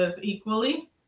equally